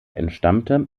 entstammte